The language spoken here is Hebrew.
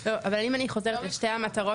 אבל אם אני חוזרת לשתי המטרות,